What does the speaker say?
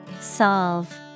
Solve